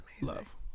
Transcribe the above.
love